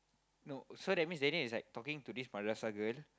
no so that means Daniel is like talking to this madrasah girl